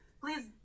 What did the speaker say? please